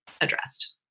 addressed